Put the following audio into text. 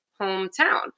hometown